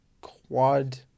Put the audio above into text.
quad